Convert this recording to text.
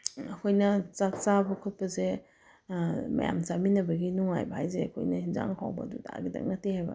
ꯑꯩꯈꯣꯏꯅ ꯆꯥꯛ ꯆꯥꯕ ꯈꯣꯠꯄꯁꯦ ꯃꯌꯥꯝ ꯆꯥꯃꯤꯟꯅꯕꯒꯤ ꯅꯨꯡꯉꯥꯏꯕ ꯍꯥꯏꯁꯦ ꯑꯩꯈꯣꯏꯅ ꯏꯟꯁꯥꯡ ꯍꯥꯎꯕ ꯑꯗꯨꯗꯥꯒꯤꯗꯪ ꯅꯠꯇꯦ ꯍꯥꯏꯕ